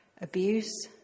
abuse